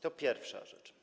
To pierwsza rzecz.